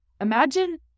imagine